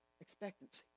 Expectancy